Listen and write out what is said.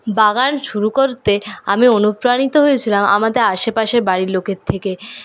বাগান শুরু করতে আমি অনুপ্রাণিত হয়েছিলাম আমাদের আশেপাশের বাড়ির লোকের থেকে